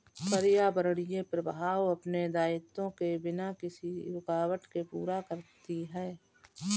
पर्यावरणीय प्रवाह अपने दायित्वों को बिना किसी रूकावट के पूरा करती है